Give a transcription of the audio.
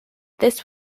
this